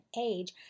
age